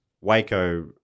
Waco